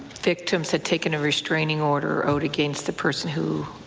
victims had taken a restraining order out against the person who